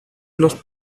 los